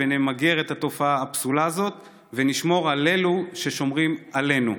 ונמגר את התופעה הפסולה הזו ונשמור על אלו ששומרים עלינו.